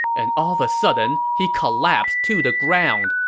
and all of a sudden, he collapsed to the ground.